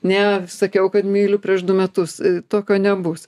ne sakiau kad myliu prieš du metus tokio nebus